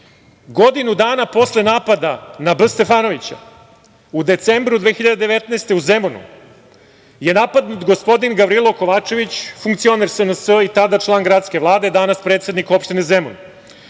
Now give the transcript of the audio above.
godinu dana posle napada na B. Stefanovića u decembru 2019. godine u Zemunu je napadnut gospodin Gavrilo Kovačević, funkcioner SNS i tada član gradske Vlade, danas predsednik opštine